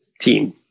team